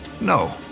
No